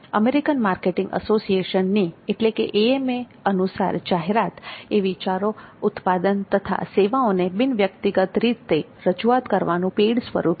American marketing એસોસિએશનની એટલે કે AMA અનુસાર જાહેરાત એ વિચારો ઉત્પાદન તથા સેવાઓને બિન વ્યક્તિગત રજૂઆતનો પેઇડ સ્વરૂપ છે